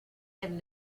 del